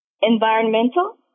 Environmental